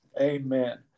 amen